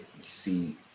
see